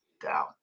down